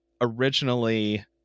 originally